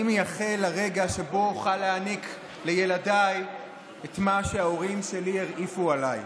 אני מייחל לרגע שבו אוכל להעניק לילדיי את מה שההורים שלי הרעיפו עליי.